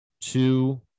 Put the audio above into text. two